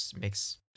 makes